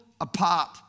apart